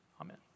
amen